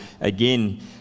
again